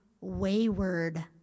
wayward